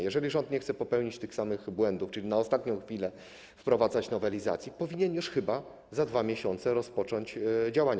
Jeżeli rząd nie chce popełnić tych samych błędów, czyli na ostatnią chwilę wprowadzać nowelizacji, to powinien już chyba za 2 miesiące rozpocząć działania.